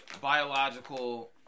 biological